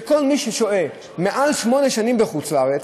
שכל מי ששוהה יותר משמונה שנים בחוץ-לארץ,